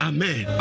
Amen